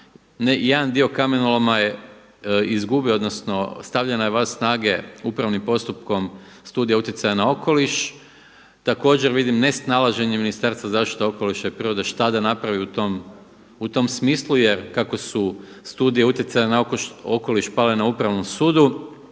jedan dio kamenoloma je izgubio, odnosno stavljena je van snage upravnim postupkom studija utjecaja na okoliš. Također vidim nesnalaženje Ministarstva zaštite okoliša i prirode šta da napravi u tom smislu jer kako su studije utjecaja na okoliš pale na upravnom sudu